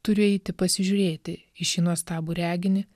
turiu eiti pasižiūrėti į šį nuostabų reginį